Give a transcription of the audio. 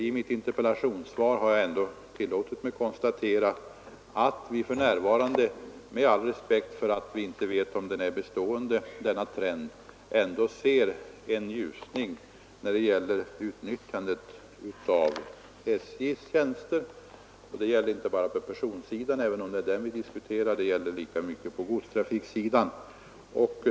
I mitt interpellationssvar har jag ändå tillåtit mig konstatera att vi för närvarande, med all respekt för att man inte kan veta om denna trend är bestående, ser en ljusning när det gäller utnyttjandet av SJs tjänster. Det gäller inte bara på personområdet, som vi nu diskuterar, utan lika mycket på godsområdet.